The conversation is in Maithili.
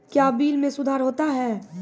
क्या बिल मे सुधार होता हैं?